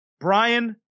Brian